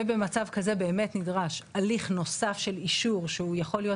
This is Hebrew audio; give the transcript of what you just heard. ובמצב כזה באמת נדרש הליך נוסף של אישור שהוא יכול להיות